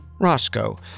roscoe